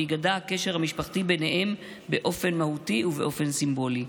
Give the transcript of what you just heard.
וייגדע הקשר המשפחתי ביניהם באופן מהותי ובאופן סימבולי.